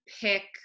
pick